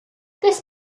this